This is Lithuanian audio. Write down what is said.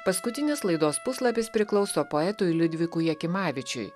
paskutinis laidos puslapis priklauso poetui liudvikui jakimavičiui